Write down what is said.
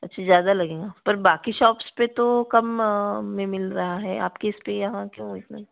अच्छा ज़्यादा लगेगा पर बाकी शॉप्स पर तो कम में मिल रहा है आपकी इस के यहाँ